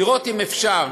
לראות אם אפשר,